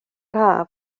haf